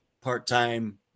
part-time